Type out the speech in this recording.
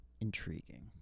intriguing